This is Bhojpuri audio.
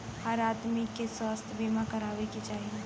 हर आदमी के स्वास्थ्य बीमा कराये के चाही